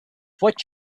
what